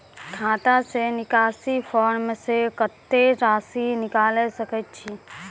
खाता से निकासी फॉर्म से कत्तेक रासि निकाल सकै छिये?